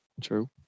True